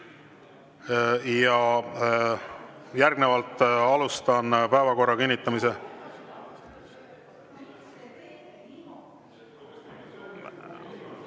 Järgnevalt alustan päevakorra kinnitamise